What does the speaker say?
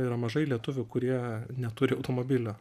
yra mažai lietuvių kurie neturi automobilio